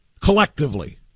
collectively